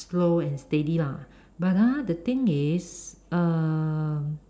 slow and steady lah but ah the thing is err